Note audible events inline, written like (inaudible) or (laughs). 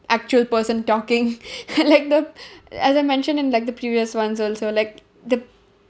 actual person talking (laughs) like the as I mentioned in like the previous ones also like the